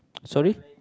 sorry